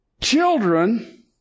Children